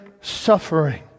suffering